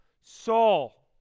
Saul